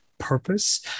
purpose